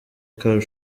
car